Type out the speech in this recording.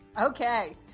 Okay